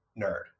nerd